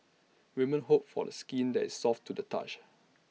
women hope for A skin that is soft to the touch